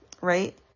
right